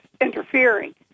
interfering